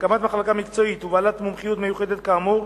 הקמת מחלקה מקצועית ובעלת מומחיות מיוחדת כאמור,